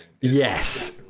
Yes